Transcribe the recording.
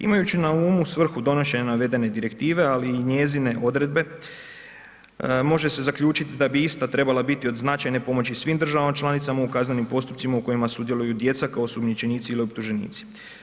Imajući na umu srhu donošenja navedene direktive ali i njezine odredbe, može se zaključiti da bi ista trebala biti od značajne pomoći svim državama članicama u kaznenim postupcima u kojima sudjeluju djeca kao osumnjičenici ili optuženici.